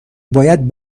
باید